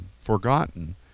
forgotten